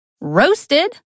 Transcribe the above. Roasted